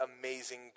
amazing